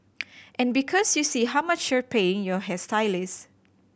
and because you see how much you're paying your hairstylist